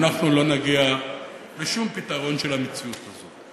אנחנו לא נגיע לשום פתרון של המציאות הזאת.